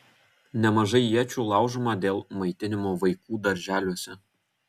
nemažai iečių laužoma dėl maitinimo vaikų darželiuose